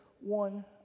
one